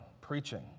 preaching